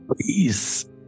Please